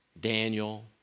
Daniel